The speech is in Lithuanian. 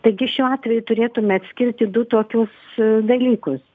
taigi šiuo atveju turėtume atskirti du tokius dalykus